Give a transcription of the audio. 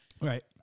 Right